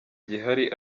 gihari